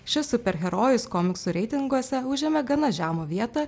šis superherojus komiksų reitinguose užėmė gana žemą vietą